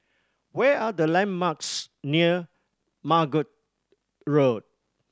what are the landmarks near Margate Road